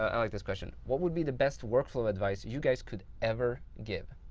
i like this question. what would be the best workflow advice you guys could ever give?